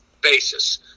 basis